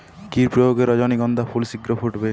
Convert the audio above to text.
কি প্রয়োগে রজনীগন্ধা ফুল শিঘ্র ফুটবে?